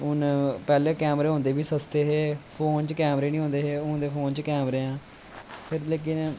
पैह्लैं होंदे बी कैमरे सस्ते हे फोन च कैमरे नी होंदे हे हून ते फोन च कैमरे ऐं पर लेकिन